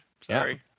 Sorry